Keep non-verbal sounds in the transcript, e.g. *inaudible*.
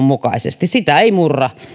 *unintelligible* mukaisesti sitä ei murra